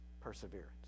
perseverance